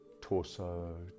torso